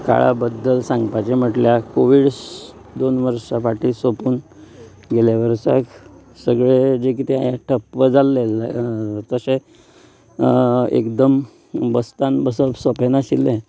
शाळा बद्दल सांगपाचे म्हटल्यार कोविडस दोन वर्सां फाटी सोंपून गेल्या वर्साक सगळें जे कितें ठप्प जाल्लें तशें एकदम बस्थान बसप सोंपें नाशिल्लें